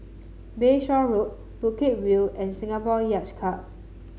Bayshore Road Bukit View and Singapore Yacht Club